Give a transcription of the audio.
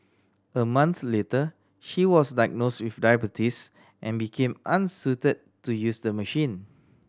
a month later she was diagnosed with diabetes and became unsuited to use the machine